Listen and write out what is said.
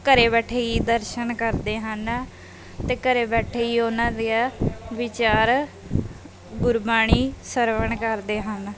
ਘਰ ਬੈਠੇ ਹੀ ਦਰਸ਼ਨ ਕਰਦੇ ਹਨ ਅਤੇ ਘਰ ਬੈਠੇ ਹੀ ਉਹਨਾਂ ਦੀਆਂ ਵਿਚਾਰ ਗੁਰਬਾਣੀ ਸਰਵਣ ਕਰਦੇ ਹਨ